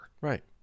Right